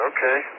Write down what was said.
Okay